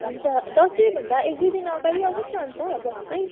हुन्छ दसैँभन्दा एक दुई दिन अगाडि आउनुहोस् न अन्त बस्दै